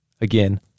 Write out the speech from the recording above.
Again